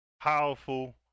powerful